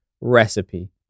recipe